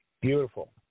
Beautiful